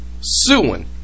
suing